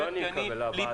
זה לא אני מקבל, הוועדה.